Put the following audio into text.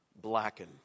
blacken